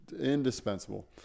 indispensable